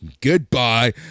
Goodbye